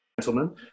Gentlemen